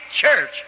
church